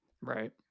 Right